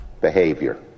behavior